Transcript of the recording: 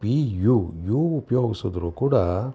B U U ಉಪಯೋಗಿಸಿದ್ರು ಕೂಡ